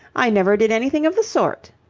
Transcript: i never did anything of the sort.